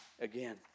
again